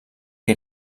que